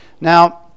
Now